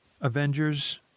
Avengers